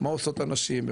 מה עושות הנשים,